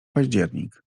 październik